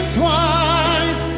twice